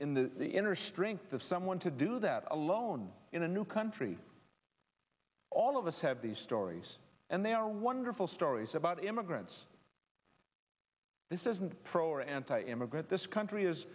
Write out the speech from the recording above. the the inner strength of someone to do that alone in a new country all of us have these stories and they are wonderful stories about immigrants this isn't pro or anti immigrant this country is